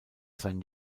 sein